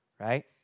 right